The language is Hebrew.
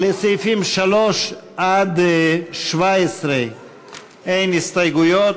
לסעיפים 3 17 אין הסתייגויות,